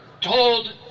told